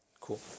cool